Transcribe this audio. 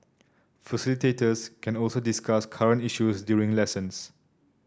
facilitators can also discuss current issues during lessons